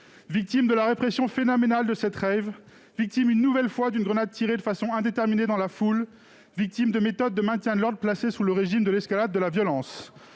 victime de la répression phénoménale de cette ; victime, une nouvelle fois, d'une grenade tirée de façon indéterminée dans la foule ; victime de méthodes de maintien de l'ordre placées sous le régime de l'escalade de la violence.